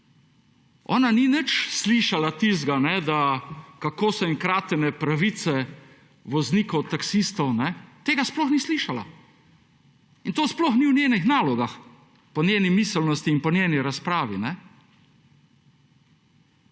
ona ni nič slišala tistega, da kako so jim kratene pravice voznikov taksistov, tega sploh ni slišala in to sploh ni v njenih nalogah po njeni miselnosti in po njeni razpravi.